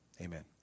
Amen